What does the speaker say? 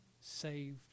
saved